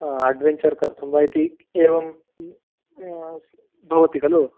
adventure कर्तुं वा इति एवं भवति खलु